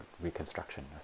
reconstruction